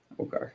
Okay